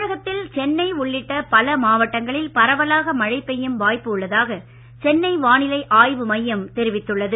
தமிழகத்தின் சென்னை உள்ளிட்ட பல மாவட்டங்களில் பரவலாக மழை பெய்யும் வாய்ப்பு உள்ளதாக சென்னை வானிலை ஆய்வு மையம் தெரிவித்துள்ளது